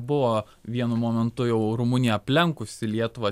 buvo vienu momentu jau rumunija aplenkusi lietuvą